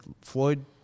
Floyd